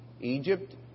Egypt